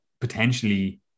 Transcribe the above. potentially